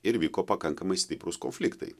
ir vyko pakankamai stiprūs konfliktai